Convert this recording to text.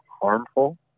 harmful